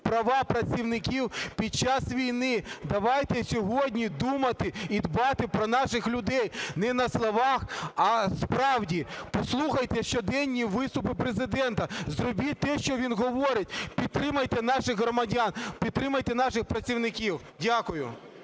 права працівників під час війни. Давайте сьогодні думати і дбати про наших людей не на словах, а справді. Послухайте щоденні виступи Президента, зробіть те, що він говорить, підтримайте наших громадян, підтримайте наших працівників. Дякую.